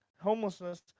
homelessness